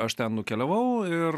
aš ten nukeliavau ir